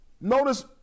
Notice